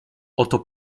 oto